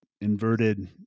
inverted